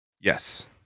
Yes